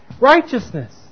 righteousness